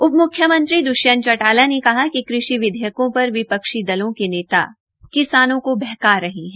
उप मुख्यमंत्री दृष्यंत चौटाला ने कहा कि कृषि विधेयकों पर विपक्षी दलों के नेता किसानों को बहका रहे है